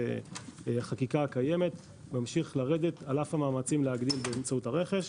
החקיקה הקיימת על אף המאמצים להגדיל באמצעות הרכש,